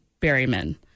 Berryman